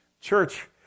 Church